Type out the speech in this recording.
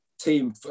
team